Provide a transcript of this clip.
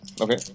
Okay